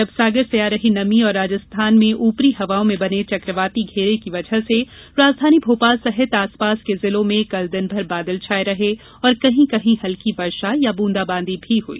अरब सागर से आ रही नमी और राजस्थान में ऊपरी हवाओं में बने चक्रवाती घेरे की वजह से राजधानी भोपाल सहित आसपास के जिलों में कल दिनभर बादल छाये रहे और कहीं कहीं हल्की वर्षा या बूंदाबांदी भी हुई